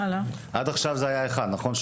עד עכשיו היה אדם אחד בבין-לאומי, נכון?